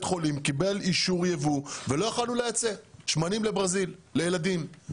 החולים קיבל אישור יבוא ולא יכולנו לייצא שמנים לברזיל לילדים.